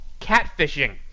catfishing